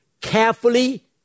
carefully